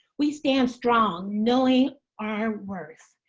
we stand strong knowing our worth,